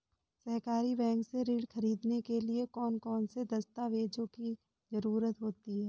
सहकारी बैंक से ऋण ख़रीदने के लिए कौन कौन से दस्तावेजों की ज़रुरत होती है?